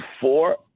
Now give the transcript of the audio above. four